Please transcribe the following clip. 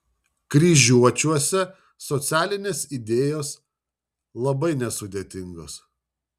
kryžiuočiuose socialinės idėjos labai nesudėtingos